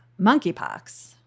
monkeypox